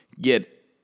get